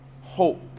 hope